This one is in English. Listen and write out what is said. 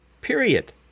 Period